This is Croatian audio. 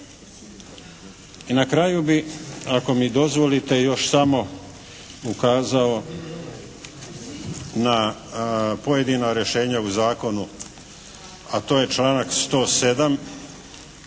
I na kraju bih ako mi dozvolite još samo ukazao na pojedina rješenja u Zakonu, a to je članak 107.